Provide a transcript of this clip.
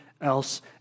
else